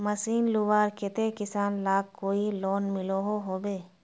Machine लुबार केते किसान लाक कोई लोन मिलोहो होबे?